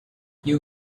you